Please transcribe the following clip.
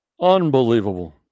unbelievable